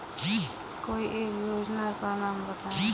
कोई एक योजना का नाम बताएँ?